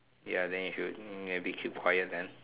ya then you should maybe keep quiet then